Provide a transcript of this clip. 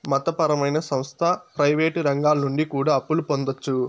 మత పరమైన సంస్థ ప్రయివేటు రంగాల నుండి కూడా అప్పులు పొందొచ్చు